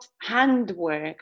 handwork